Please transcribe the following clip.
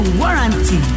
warranty